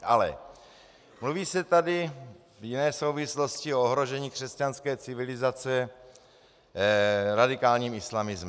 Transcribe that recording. Ale mluví se tady v jiné souvislosti o ohrožení křesťanské civilizace radikálním islamismem.